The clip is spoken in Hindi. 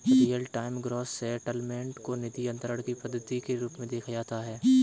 रीयल टाइम ग्रॉस सेटलमेंट को निधि अंतरण की पद्धति के रूप में देखा जाता है